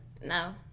No